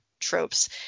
tropes